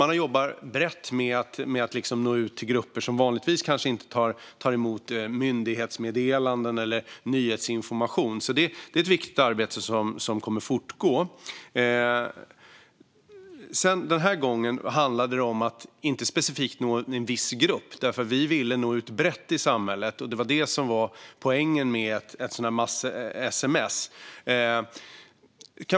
Man jobbar alltså brett med att nå ut till grupper som vanligtvis kanske inte tar emot myndighetsmeddelanden eller nyhetsinformation. Det är ett viktigt arbete som fortgår. Denna gång handlade det inte om att nå en viss grupp; vi ville nå ut brett i samhället. Det var det som var poängen med ett massutskick.